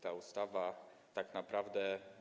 Ta ustawa tak naprawdę.